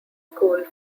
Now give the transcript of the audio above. school